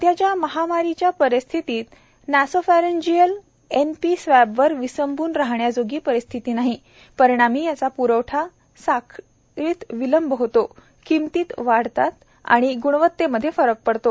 सध्याच्या महामारीच्या परिस्थितीत नासॉफरेन्जियल एनपी स्वॅबवर विसंबून राहण्याजोगी परिस्थिती नाही परिणामी याच्या प्रवठा साखळीत विलंब होतो किंमती वाढतात आणि ग्णवत्तेमध्ये फरक पडतो